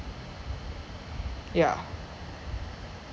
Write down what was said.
yeah